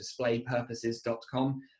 displaypurposes.com